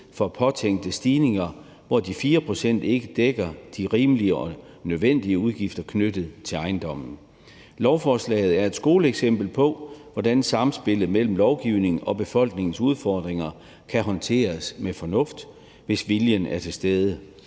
for påtænkte stigninger, hvor de 4 pct. ikke dækker de rimelige og nødvendige udgifter knyttet til ejendommen. Lovforslaget er et skoleeksempel på, hvordan samspillet mellem lovgivning og befolkningens udfordringer kan håndteres med fornuft, hvis viljen er til stede.